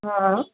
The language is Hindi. हाँ हाँ